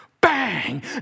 Bang